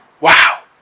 Wow